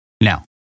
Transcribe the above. Now